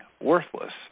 worthless